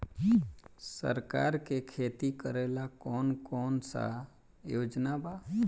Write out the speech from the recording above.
सरकार के खेती करेला कौन कौनसा योजना बा?